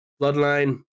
Bloodline